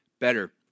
better